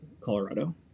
Colorado